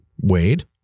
Wade